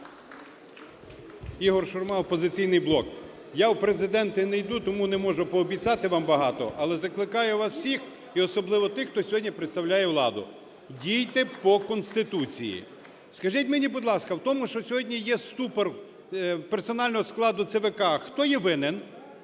Ігор Шурма, "Опозиційний блок". Я у Президенти не йду, тому не можу пообіцяти вам багато. Але закликаю вас всіх і особливо тих, хто сьогодні представляє владу, – дійти по Конституції. Скажіть, мені, будь ласка, у тому, що сьогодні є ступор персонального складу ЦВК, хто є винен?